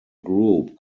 group